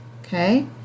okay